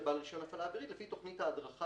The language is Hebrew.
במסגרת בעל רישיון הפעלה אווירית לפי תכנית ההדרכה